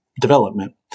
development